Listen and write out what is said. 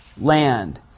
land